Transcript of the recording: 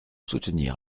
soutenir